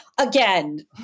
Again